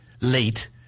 late